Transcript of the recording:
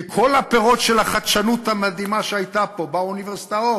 כי כל הפירות של החדשנות המדהימה שהייתה פה באוניברסיטאות,